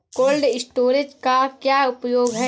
Cold storage का क्या उपयोग है?